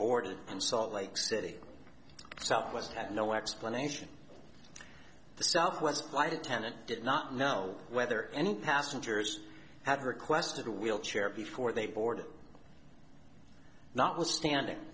boarded and salt lake city southwest had no explanation the southwest flight attendant did not know whether any passengers had requested a wheelchair before they boarded notwithstanding